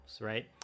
right